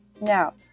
Now